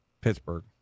Pittsburgh